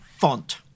font